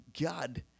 God